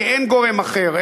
כי אין גורם אחר,